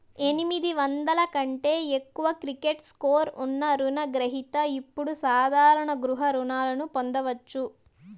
ఎనిమిది వందల కంటే ఎక్కువ క్రెడిట్ స్కోర్ ఉన్న రుణ గ్రహిత ఇప్పుడు సాధారణ గృహ రుణాలను పొందొచ్చు